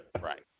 right